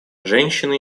женщины